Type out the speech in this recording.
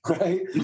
right